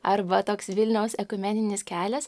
arba toks vilniaus ekumeninis kelias